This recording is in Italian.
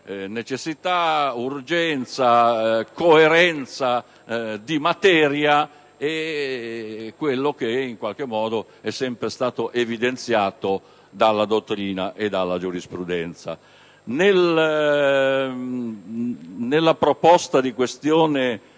necessità, l'urgenza, la coerenza di materia e ciò che in qualche modo è sempre stato evidenziato dalla dottrina e dalla giurisprudenza. Nella questione